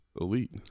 elite